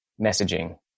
messaging